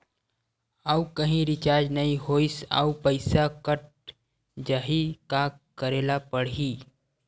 आऊ कहीं रिचार्ज नई होइस आऊ पईसा कत जहीं का करेला पढाही?